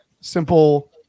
simple